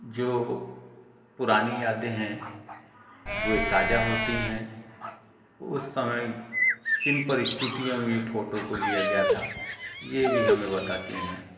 जो पुरानी यादें हैं वो ताजा होती हैं उस समय किन परिस्तिथियों में ये फोटो को लिया गया था ये भी हमें बताती हैं